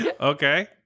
Okay